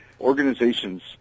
Organizations